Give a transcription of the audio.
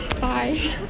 Bye